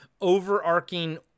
overarching